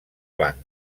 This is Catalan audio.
blanc